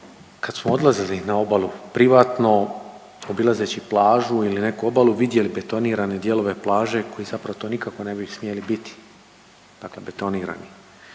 kad smo odlazili na obalu privatno obilazeći plažu ili neku obalu vidjeli betonirane dijelove plaće koji zapravo to nikako ne bi smjeli biti, dakle betonirani.